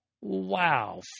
Wow